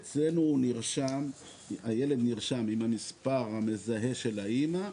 אצלנו הילד נרשם עם המספר המזהה של האמא,